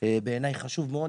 בעיניי זה חשוב מאוד.